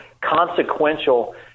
consequential